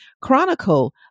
chronicle